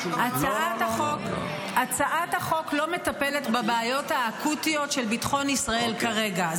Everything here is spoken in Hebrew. הצעת החוק לא מטפלת בבעיות האקוטיות של ביטחון ישראל כרגע.